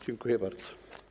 Dziękuję bardzo.